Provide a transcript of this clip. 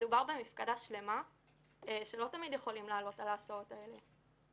מדובר במפקדה שלמה שלא תמיד יכולים לעלות על ההסעות האלה,